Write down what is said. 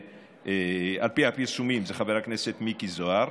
על פי הפרסומים זה חבר הכנסת מיקי זוהר.